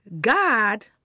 God